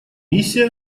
миссия